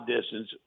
distance